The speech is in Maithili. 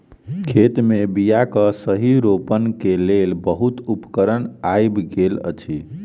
खेत मे बीयाक सही रोपण के लेल बहुत उपकरण आइब गेल अछि